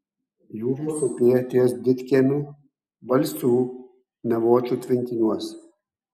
jūros upėje ties didkiemiu balsių nevočių tvenkiniuose